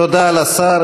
תודה לשר.